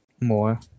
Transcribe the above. more